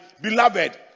beloved